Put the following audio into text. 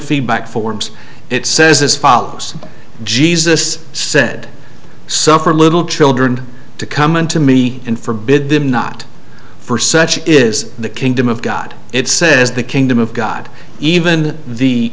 feedback forms it says as follows jesus said suffer little children to come and to me in forbid them not for such is the kingdom of god it says the kingdom of god even the